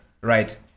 right